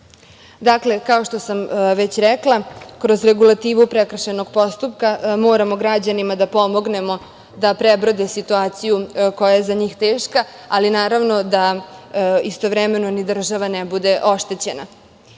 kao što sam već rekla, kroz regulativu prekršajnog postupka moramo građanima da pomognemo da prebrode situaciju koja je za njih teška, ali naravno da istovremen ni država ne bude oštećena. Svakako